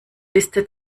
liste